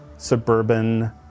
suburban